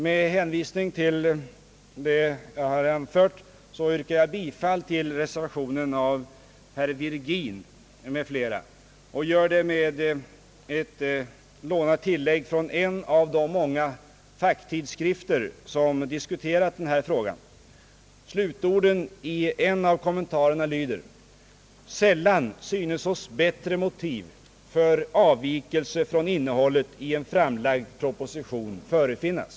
Med hänvisning till det anförda yrkar jag bifall till reservation nr 1 av herr Virgin m.fl., och jag gör det med ett lånat tillägg från en av de många facktidskrifter som diskuterat denna fråga. Slutorden i en av kommentarerna lyder: »Sällan synes oss bättre motiv för avvikelse från innehållet i en framlagd proposition förefinnas.»